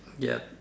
yup